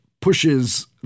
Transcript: pushes